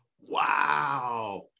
Wow